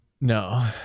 No